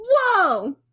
Whoa